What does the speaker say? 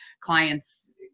clients